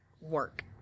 work